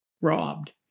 robbed